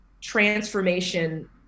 transformation